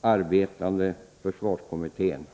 arbetande försvarskommittén.